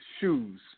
shoes